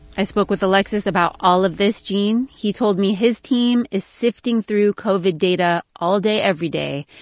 i spoke with alexis about all of this, gene. he told me his team is sifting through covid data all day, every day.